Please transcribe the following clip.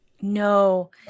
No